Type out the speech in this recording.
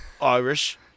Irish